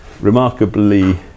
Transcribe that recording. remarkably